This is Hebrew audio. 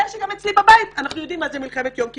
שגם אצלי בבית אנחנו יודעים מה זה מלחמת יום הכיפורים.